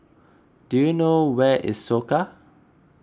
do you know where is Soka